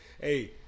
Hey